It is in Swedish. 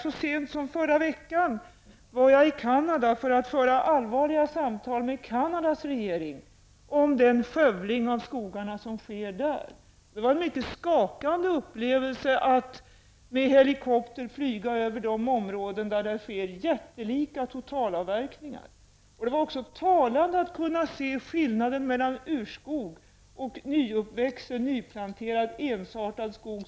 Jag var så sent som i förra veckan i Canada för att föra allvarliga samtal med Canadas regering om den skövling av skogarna som sker där. Det var en mycket skakande upplevelse att flyga helikopter över de områden där det sker jättelika totalavverkningar. Det var också talande att se skillnaden mellan urskog och nyuppväxt och nyplanterad ensartad skog.